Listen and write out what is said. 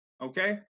Okay